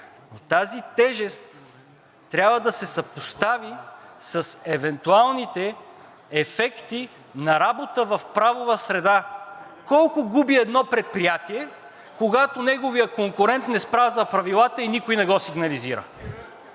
тази тежест трябва да се съпостави с евентуалните ефекти на работа в правова среда. Колко губи едно предприятие, когато неговият конкурент не спазва правилата и никой не го сигнализира?